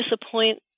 disappoint